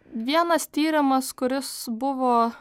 vienas tyrimas kuris buvo